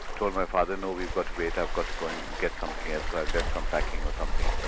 told my father no, we've got to wait, i've got to go and get something else, i've left some packing or something,